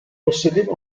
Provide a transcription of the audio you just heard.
possedeva